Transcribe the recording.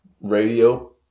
radio